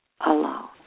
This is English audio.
alone